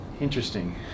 interesting